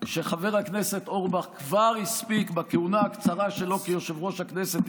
שחבר הכנסת אורבך כבר הספיק בכהונה הקצרה שלו כיושב-ראש ועדת הכנסת,